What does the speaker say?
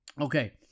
okay